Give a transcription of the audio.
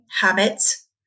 habits